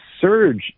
surge